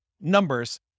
numbers